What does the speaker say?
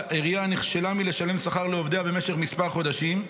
העירייה נכשלה מלשלם שכר לעובדיה במשך כמה חודשים.